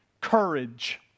courage